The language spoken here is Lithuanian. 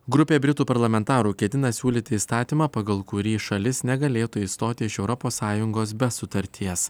grupė britų parlamentarų ketina siūlyti įstatymą pagal kurį šalis negalėtų išstoti iš europos sąjungos be sutarties